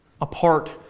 apart